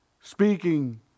speaking